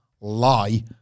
lie